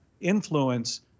influence